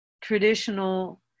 traditional